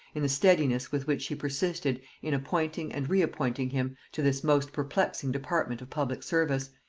in the steadiness with which she persisted in appointing and re-appointing him to this most perplexing department of public service,